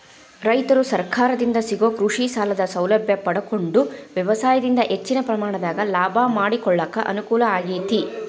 ರೈತರು ಸರಕಾರದಿಂದ ಸಿಗೋ ಕೃಷಿಸಾಲದ ಸೌಲಭ್ಯ ಪಡಕೊಂಡು ವ್ಯವಸಾಯದಿಂದ ಹೆಚ್ಚಿನ ಪ್ರಮಾಣದಾಗ ಲಾಭ ಮಾಡಕೊಳಕ ಅನುಕೂಲ ಆಗೇತಿ